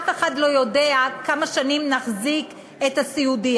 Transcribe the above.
אף אחד לא יודע כמה שנים נחזיק את הסיעודי,